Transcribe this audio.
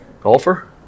golfer